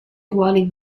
ruoli